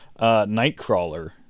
Nightcrawler